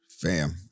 fam